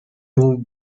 move